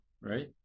right